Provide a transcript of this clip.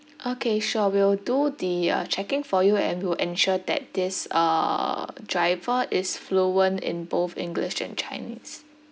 okay sure we will do the uh checking for you and we will ensure that this uh driver is fluent in both english and chinese